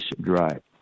drive